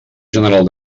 general